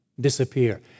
disappear